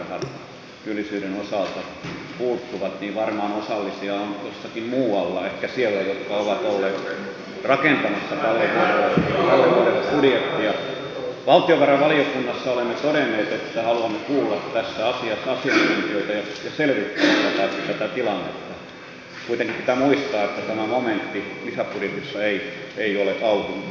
kuitenkin pitää muistaa että tämä momentti lisäbudjetissa ei ole auki mutta selvitykseen on olemassa hyviä edellytyksiä